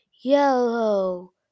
yellow